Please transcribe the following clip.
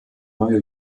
neue